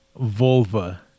vulva